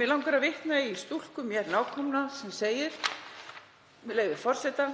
Mig langar að vitna í stúlku mér nákomna sem segir, með leyfi forseta: